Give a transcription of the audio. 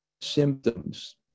symptoms